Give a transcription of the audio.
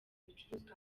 ibicuruzwa